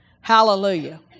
Hallelujah